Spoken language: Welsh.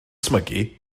ysmygu